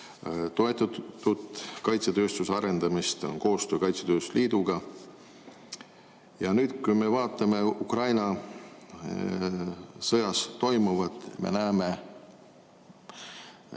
toetatud kaitsetööstuse arendamist, on koostöö kaitsetööstuse liiduga. Nüüd, kui me vaatame Ukraina sõjas toimuvat, me näeme